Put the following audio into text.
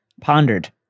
pondered